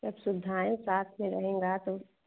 सब सुविधाएँ साथ में रहेंगी तो